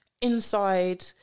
inside